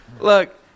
look